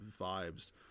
vibes